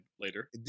later